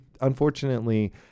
Unfortunately